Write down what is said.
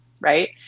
right